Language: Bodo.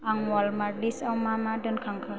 आं अवालमार्ट लिस्टआव मा मा दोनखांखो